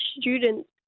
students